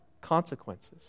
consequences